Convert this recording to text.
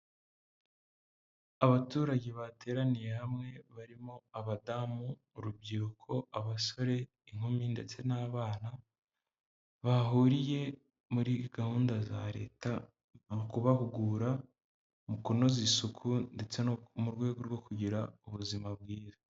Abaturage bateraniye hamwe barimo abadamu, urubyiruko, abasore, inkumi ndetse n'abana bahuriye muri gahunda za leta mu kubahugura, mu kunoza isuku ndetse no mu rwego rwo kugira ubuzima bwiza.